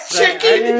chicken